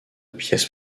pièces